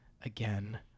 again